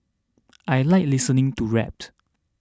I like listening to rapt